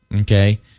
okay